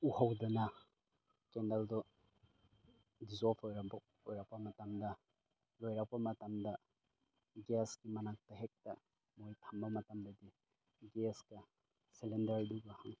ꯎꯍꯧꯗꯅ ꯀꯦꯟꯗꯜꯗꯣ ꯗꯤꯖꯣꯜꯕ ꯑꯣꯏꯔꯝꯕ ꯑꯣꯏꯔꯛꯄ ꯃꯇꯝꯗ ꯂꯣꯏꯔꯛꯄ ꯃꯇꯝꯗ ꯒ꯭ꯌꯥꯁ ꯃꯅꯥꯛꯇ ꯍꯦꯛꯇ ꯃꯣꯏ ꯊꯝꯕ ꯃꯇꯝꯗꯗꯤ ꯒ꯭ꯌꯥꯁꯀ ꯁꯤꯂꯤꯟꯗꯔꯗꯨꯒ